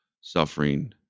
suffering